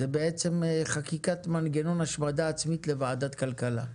זאת בעצם חקיקת מנגנון השמדה עצמית לוועדת הכלכלה.